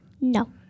No